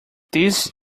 this